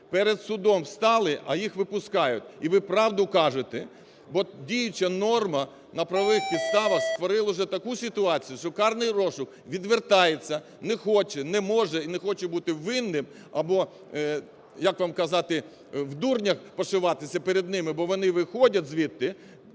перед судом встали, а їх випускають. І ви правду кажете, бо діюча норма на правових підставах створила вже таку ситуацію, що карний розшук відвертається, не хоче, не може і не хоче бути винним або, як вам казати, в дурнях пошиватися перед ними, бо вони виходять звідти